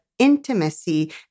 intimacy